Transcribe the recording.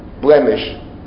blemish